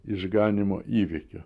išganymo įvykio